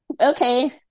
okay